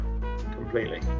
completely